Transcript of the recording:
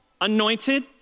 anointed